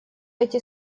эти